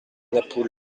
napoule